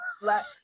black